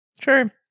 Sure